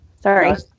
sorry